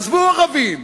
עזבו ערבים,